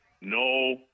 no